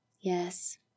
Yes